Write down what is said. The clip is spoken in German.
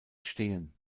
stehen